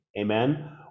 amen